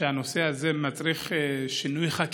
שהנושא הזה מצריך שינוי חקיקה.